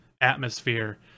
atmosphere